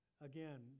Again